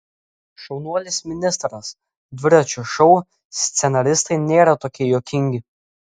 šaunuolis ministras dviračio šou scenaristai nėra tokie juokingi